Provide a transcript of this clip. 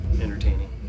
entertaining